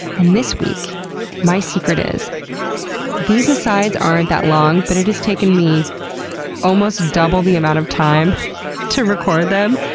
and this week my secret is these asides aren't that long, but it has taken me almost double the amount of time to record them,